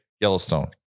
Yellowstone